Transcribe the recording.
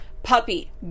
puppy